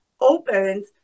opens